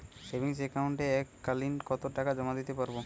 Savings একাউন্টে এক কালিন কতটাকা জমা দিতে পারব?